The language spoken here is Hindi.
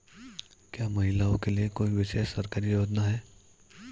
क्या महिलाओं के लिए कोई विशेष सरकारी योजना है?